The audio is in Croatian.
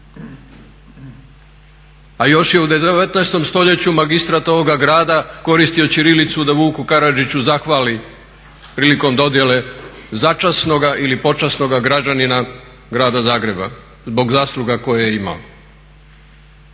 a još je u 19. stoljeću magistrat ovoga grada koristio ćirilicu da Vuku Karadžiću zahvali prilikom dodjele začasnoga ili počasnoga građanina grada Zagreba zbog zasluga koje je imao.